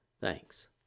Thanks